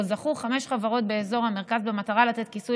שבו זכו חמש חברות באזור המרכז במטרה לתת כיסוי